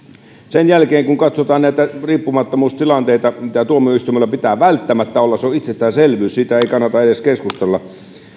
sen jälkeen kun katsotaan näitä riippumattomuustilanteita mitä tuomioistuimella pitää välttämättä olla se on itsestäänselvyys siitä ei kannata edes keskustella